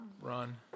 Run